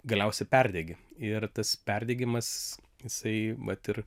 galiausiai perdegi ir tas perdegimas jisai vat ir